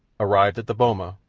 arrived at the boma,